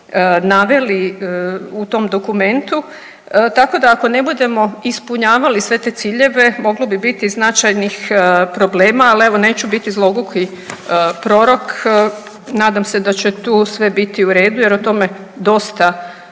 naveli u tom dokumentu, tako da ako ne budemo ispunjavali sve te ciljeve moglo bi biti značajnih problema, ali evo neću biti zloguki prorok, nadam se da će tu sve biti u redu jer o tome dosta,